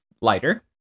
lighter